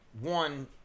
one